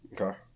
Okay